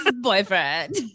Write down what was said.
boyfriend